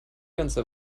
ganze